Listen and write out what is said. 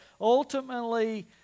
ultimately